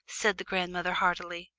said the grandmother heartily.